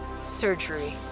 Surgery